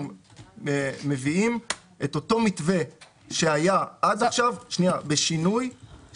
מביאים אותו מתווה שהיה עד כה, בשינוי.